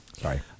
Sorry